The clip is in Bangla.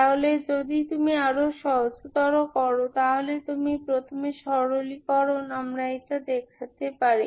তাহলে যদি তুমি আরও সহজতর করো তাহলে তুমি প্রথমে সরলীকরণ আমরা এটা দেখতে পারি